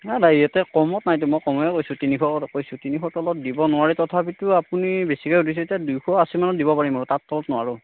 নাই নাই ইয়াতে কমত নাইতো মই কমেই কৈছোঁ তিনিশ কৈছোঁ তিনিশৰ তলত দিব নোৱাৰি তথাপিতো আপুনি বেছিকৈ কৈছে যেতিয়া দুইশ আশীমানত দিব পাৰিম আৰু তাৰ তলত নোৱাৰোঁ